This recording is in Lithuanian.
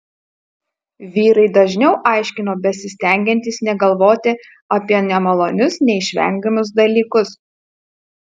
vyrai dažniau aiškino besistengiantys negalvoti apie nemalonius neišvengiamus dalykus